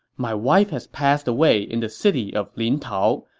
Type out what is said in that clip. my wife has passed away in the city of lintao.